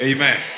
Amen